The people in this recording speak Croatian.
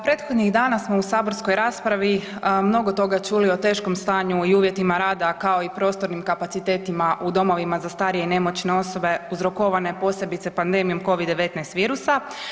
Prethodnih dana smo u saborskoj raspravi mnogo toga čuli o teškom stanju i uvjetima rada, kao i prostornim kapacitetima u domovima za starije i nemoćne osobe uzrokovane posebice pandemijom Covid-19 virusa.